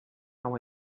how